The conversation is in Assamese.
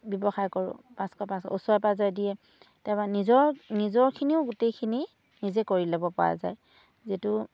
ব্যৱসায় কৰোঁ পাঁছশ ওচৰে পাঁজৰে দিয়ে তাৰপৰা নিজৰ নিজৰখিনিও গোটেইখিনি নিজে কৰি ল'ব পৰা যায় যিটো